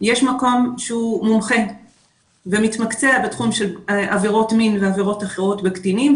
יש מקום שהוא מומחה ומתמקצע בתחום של עבירות מין ועבירות אחרות בקטינים,